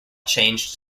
changed